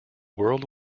world